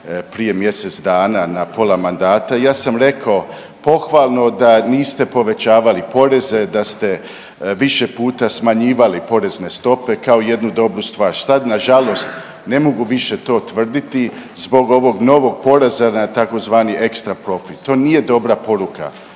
prije mjesec dana na pola mandata, ja sam rekao pohvalno da niste povećavali poreze, da ste više puta smanjivali porezne stope kao jednu dobru stvar. Sad nažalost ne mogu više to tvrditi zbog ovog novog poreza na tzv. ekstra profit. To nije dobra poruka